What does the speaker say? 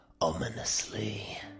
ominously